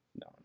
No